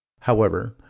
however,